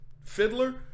Fiddler